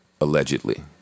allegedly